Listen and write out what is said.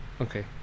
Okay